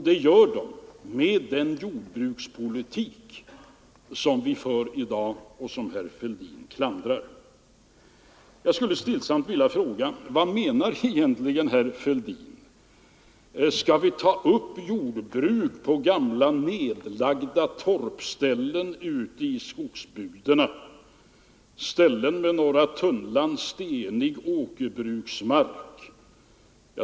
Det gör de med den jordbrukspolitik som vi för i dag och som herr Fälldin klandrar. Jag skulle stillsamt vilja fråga: Vad menar egentligen herr Fälldin? Skall vi ta upp jordbruk på gamla nedlagda torpställen ute i skogsbygderna — ställen med några tunnland stenig åkerbruksmark?